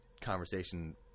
conversation